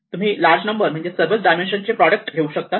तुम्ही large number म्हणजे सर्वच डायमेन्शन चे प्रॉडक्ट घेऊ शकतात